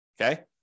Okay